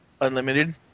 unlimited